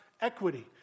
equity